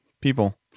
people